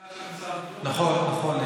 נכון, נכון.